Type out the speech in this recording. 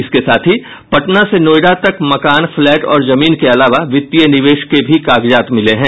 इसके साथ ही पटना से नोएडा तक मकान फ्लैट और जमीन के अलावा वित्तीय निवेश के भी कागजात मिले हैं